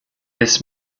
this